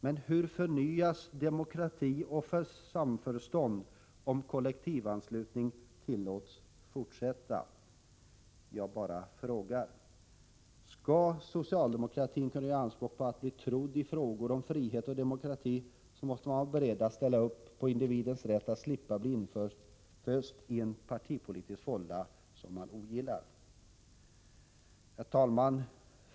Men hur förnyas demokrati och samförstånd om kollektivanslutningen tillåts fortsätta? Jag bara frågar. Skall socialdemokratin kunna göra anspråk på att bli trodd i frågor om frihet och demokrati, måste man vara beredd att ställa upp för individens rätt att slippa bli inföst i en partipolitisk fålla som man ogillar. Herr talman!